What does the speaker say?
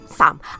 Sam